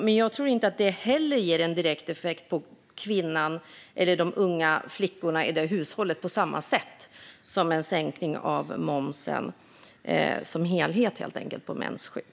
Jag tror dock inte att det heller ger en direkt effekt för kvinnan eller de unga flickorna i ett hushåll på samma sätt som en sänkning av momsen på mensskydd.